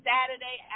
Saturday